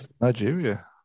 Nigeria